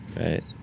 right